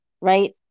right